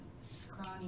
scrawny